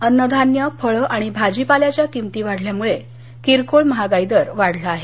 अन्नधान्य फळं आणि भाजीपाल्याच्या किमती वाढल्यामुळे किरकोळ महागाई दर वाढला आहे